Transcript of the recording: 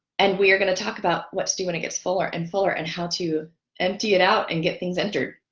and we're gonna talk about what to do when it gets fuller and fuller and how to empty it out and get things entered